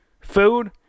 food